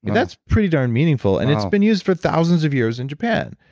that's pretty darn meaningful and it's been used for thousands of years in japan.